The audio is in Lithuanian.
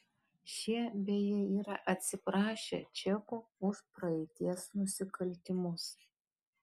šie beje yra atsiprašę čekų už praeities nusikaltimus